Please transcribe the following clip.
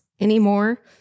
anymore